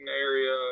area